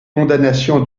condamnation